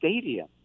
stadium